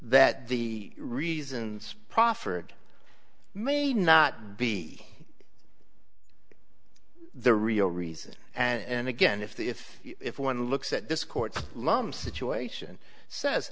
that the reasons proffered may not be the real reason and again if the if if one looks at this court loam situation says